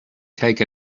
take